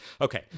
Okay